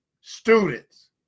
students